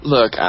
Look